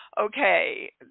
Okay